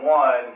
one